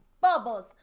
Bubbles